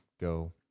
go